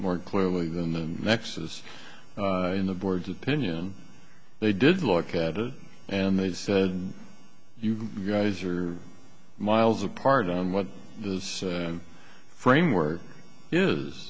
more clearly than the nexus in the board to opinion they did look at it and they said you guys are miles apart on what this framework is